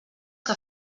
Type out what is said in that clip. que